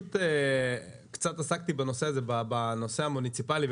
עסקתי קצת בנושא הזה בתחום המוניציפלי.